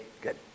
Good